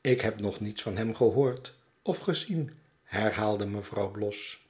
ik heb nog niets van hem gehoord of gezien herhaalde mevrouw bloss